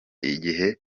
igihe